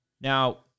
Now